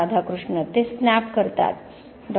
राधाकृष्ण ते स्नॅप करतात डॉ